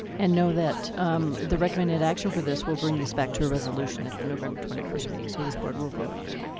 and know that the recommended action for this will bring this back to a resolution at the november twenty first meeting. so this board will vote on it.